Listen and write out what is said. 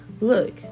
look